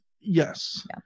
Yes